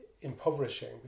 impoverishing